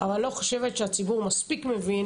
אבל אני לא חושבת שהציבור מספיק מבין